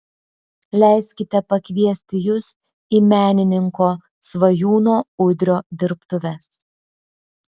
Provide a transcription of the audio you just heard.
leiskite pakviesti jus į menininko svajūno udrio dirbtuves